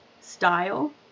style